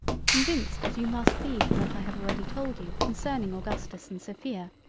convinced as you must be from what i have already told you concerning augustus and sophia,